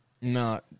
No